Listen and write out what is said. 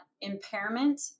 impairment